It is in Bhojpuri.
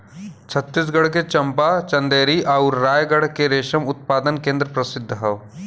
छतीसगढ़ के चंपा, चंदेरी आउर रायगढ़ के रेशम उत्पादन केंद्र प्रसिद्ध हौ